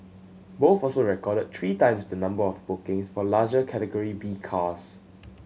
both also recorded three times the number of bookings for larger Category B cars